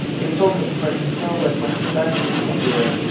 and he told me, he was like, you know, like, when i go back to colombia,